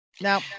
Now